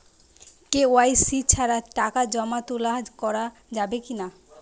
KYC ছাড়া টাকা জমা তোলা করা যাবে কি না?